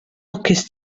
lwcus